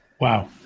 Wow